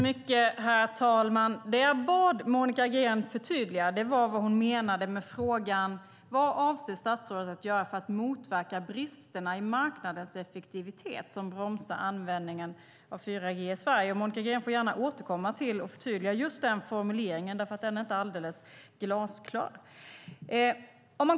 Herr talman! Jag bad Monica Green förtydliga vad hon menade med frågan: "Vad avser statsrådet att göra för att motverka bristerna i marknadens effektivitet som bromsar användningen av 4G i Sverige?" Monica Green får gärna återkomma till och förtydliga just den formuleringen eftersom den inte är alldeles glasklar.